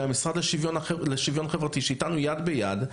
והמשרד לשוויון חברתי שאיתנו יד ביד,